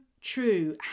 true